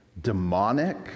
demonic